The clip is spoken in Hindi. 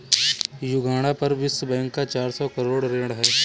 युगांडा पर विश्व बैंक का चार सौ करोड़ ऋण है